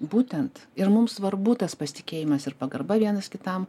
būtent ir mums svarbu tas pasitikėjimas ir pagarba vienas kitam